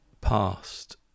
past